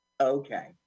Okay